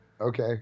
Okay